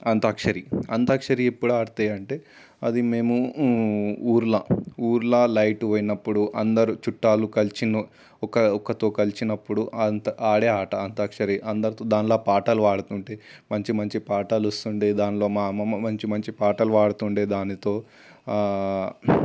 అంత్యాక్షరి అంత్యాక్షరి ఎప్పుడు ఆడితే అంటే అది మేము ఊళ్ళ ఊళ్ళ లైట్ పోయినప్పుడు అందరు చుట్టాలు కలిసినా ఒక ఒకనితో కలిసినప్పుడు అంత ఆడే ఆట అంత్యాక్షరి అందరితో దానిలో పాటలు పాడుకుంటే మంచి మంచి పాటలు వస్తుండే దాంట్లో మా అమ్మమ్మా మంచి మంచి పాటలు పాడుతు ఉండే దానితో